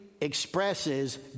expresses